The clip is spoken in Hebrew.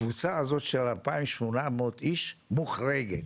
הקבוצה הזו של 2800 איש מוחרגת.